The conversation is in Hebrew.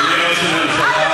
אדוני ראש הממשלה,